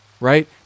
right